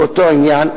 באותו עניין,